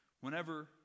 Whenever